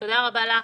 תודה רבה לך,